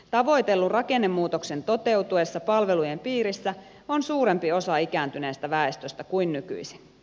tavoitellun rakennemuutoksen toteutuessa palvelujen piirissä on suurempi osa ikääntyneestä väestöstä kuin nykyisin